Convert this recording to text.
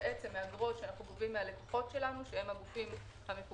ובעיקר בחלק הראשון של המשבר,